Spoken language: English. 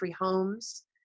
homes